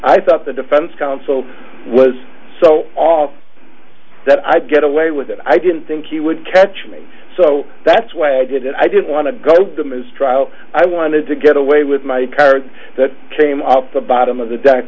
i thought the defense counsel was so off that i get away with it i didn't think he would catch me so that's why i did it i didn't want to go to ms trial i wanted to get away with my car that came off the bottom of the